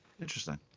interesting